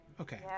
Okay